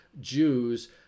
Jews